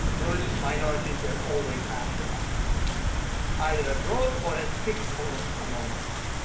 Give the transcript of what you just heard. religious minorities are always after us either abroad or as fifth columns among us